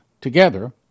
Together